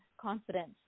confidence